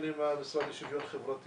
הן עם המשרד לשוויון חברתי,